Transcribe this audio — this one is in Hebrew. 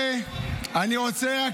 כן.